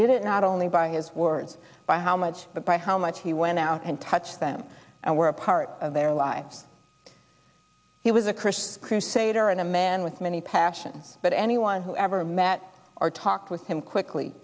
not only by his words by how much but by how much he went out and touched them and were a part of their lives he was a christian crusader and a man with many passion but anyone who ever met or talked with him quickly